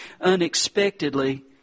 unexpectedly